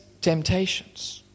temptations